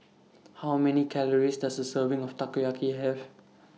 How Many Calories Does A Serving of Takoyaki Have